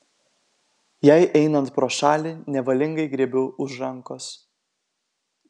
jai einant pro šalį nevalingai griebiu už rankos